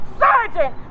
sergeant